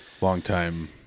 Long-time